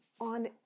on